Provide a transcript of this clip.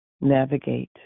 navigate